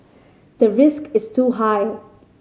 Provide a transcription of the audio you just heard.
the risk is too high